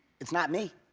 it's not me.